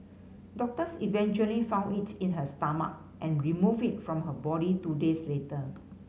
doctors eventually found it in her stomach and removed it from her body two days later